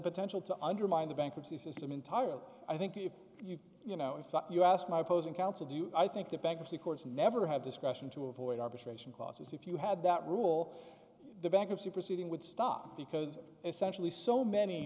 potential to undermine the bankruptcy system entirely i think if you you know if you asked my opposing counsel do i think that bankruptcy courts never have discretion to avoid arbitration clauses if you had that rule the bankruptcy proceeding would stop because essentially so many